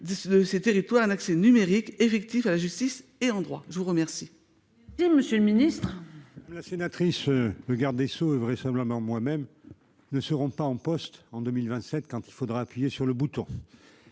de ces territoires un accès numérique effectif à la justice et au droit ? La parole